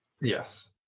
Yes